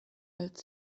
als